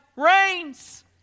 reigns